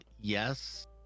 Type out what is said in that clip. yes